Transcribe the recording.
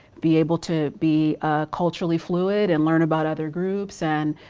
be able to be culturally fluid and learn about other groups and